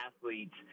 athletes